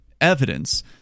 evidence